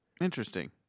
Interesting